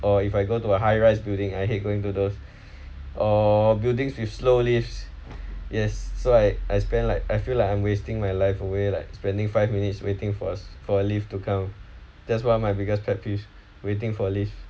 or if I go to a high rise building I hate going to those or buildings with slow lifts yes so I I spend like I feel like I'm wasting my life away like spending five minutes waiting for for lift to come just one of my biggest pet peeve waiting for lift